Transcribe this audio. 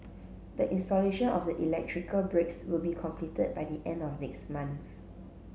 the installation of the electrical breaks will be completed by the end of next month